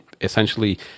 essentially